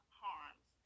harms